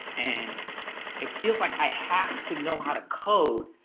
and and it feels like i have to know how to code.